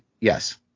Yes